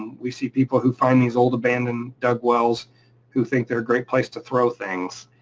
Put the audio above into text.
we see people who find these old abandoned dug wells who think they're a great place to throw things,